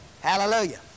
hallelujah